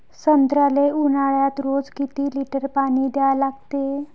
संत्र्याले ऊन्हाळ्यात रोज किती लीटर पानी द्या लागते?